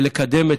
לקדם את